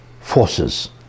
forces